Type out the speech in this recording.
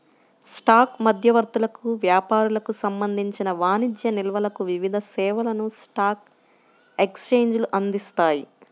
stock మధ్యవర్తులకు, వ్యాపారులకు సంబంధించిన వాణిజ్య నిల్వలకు వివిధ సేవలను స్టాక్ ఎక్స్చేంజ్లు అందిస్తాయి